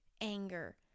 anger